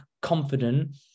confident